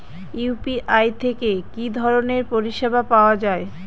UPI থেকে কি ধরণের পরিষেবা পাওয়া য়ায়?